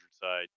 side